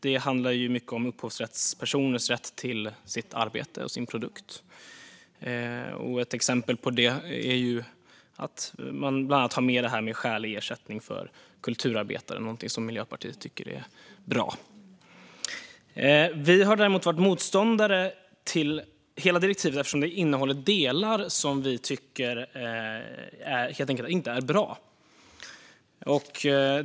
Det handlar mycket om upphovsrättspersoners rätt till sitt arbete och sin produkt. Ett exempel på det är att man har med frågan om skälig ersättning för kulturarbetare, vilket är någonting som Miljöpartiet tycker är bra. Skärpta straff för de allvarligaste fallen av immaterialrättsintrång Vi har däremot varit motståndare till hela direktivet eftersom det innehåller delar som vi helt enkelt inte tycker är bra.